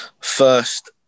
first